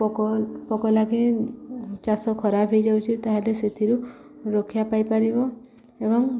ପୋକ ପୋକ ଲାଗି ଚାଷ ଖରାପ ହୋଇଯାଉଛି ତାହେଲେ ସେଥିରୁ ରକ୍ଷା ପାଇପାରିବ ଏବଂ